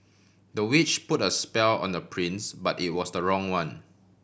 the witch put a spell on the prince but it was the wrong one